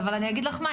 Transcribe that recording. אבל אני אגיד לך מה,